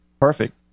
perfect